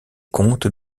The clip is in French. comtes